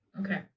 Okay